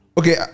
Okay